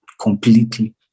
completely